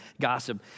gossip